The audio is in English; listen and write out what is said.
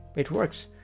it works.